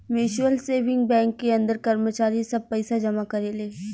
mutual saving bank के अंदर कर्मचारी सब पइसा जमा करेले